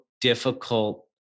difficult